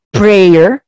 prayer